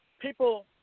people